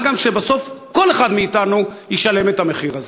מה גם שבסוף כל אחד מאתנו ישלם את המחיר הזה.